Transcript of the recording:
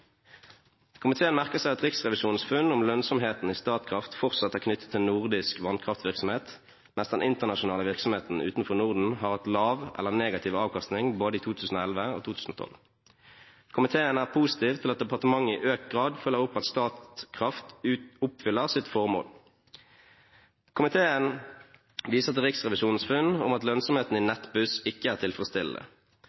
Komiteen merker seg Riksrevisjonens funn om at lønnsomheten i Statkraft fortsatt er knyttet til nordisk vannkraftvirksomhet, mens den internasjonale virksomheten utenfor Norden har hatt lav eller negativ avkastning i både 2011 og 2012. Komiteen er positiv til at departementet i økt grad følger opp at Statkraft oppfyller sitt formål. Komiteen viser til Riksrevisjonens funn om at lønnsomheten i